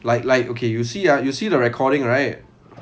like like okay you see ah you see the recording right